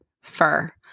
fur